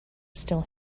still